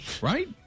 Right